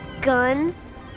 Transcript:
guns